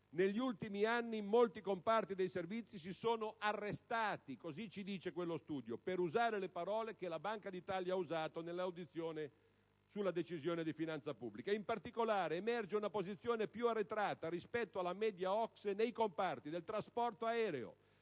negli ultimi anni in molti comparti dei servizi si sono arrestati", per usare le parole usate da Banca d'Italia nella audizione sulla Decisione di finanza pubblica. In particolare, emerge una posizione più arretrata rispetto alla media OCSE nei comparti del trasporto aereo,